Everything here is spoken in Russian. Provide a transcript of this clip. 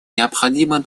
необходима